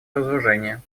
разоружения